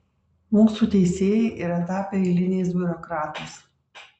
mūsų teisėjai yra tapę eiliniais biurokratais